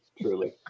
truly